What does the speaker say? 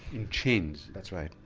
in chains? that's right,